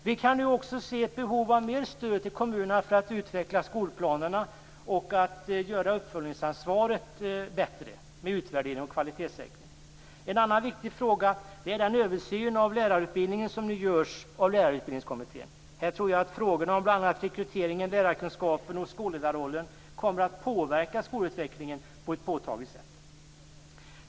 Vi kan nu också se ett behov av mer stöd till kommunerna för att utveckla skolplanerna och förbättra uppföljningsansvaret med utvärdering och kvalitetssäkring. En annan viktig fråga är den översyn av lärarutbildningen som nu görs av Lärarutbildningskommittén. Här tror jag att bl.a. frågorna om rekryteringen, lärarkunskapen och skolledarrollen kommer att påverka skolutvecklingen på ett påtagligt sätt.